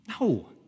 No